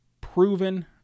proven